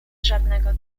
żadnego